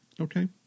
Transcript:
Okay